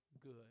good